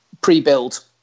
pre-build